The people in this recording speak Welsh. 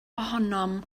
ohonom